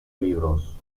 libros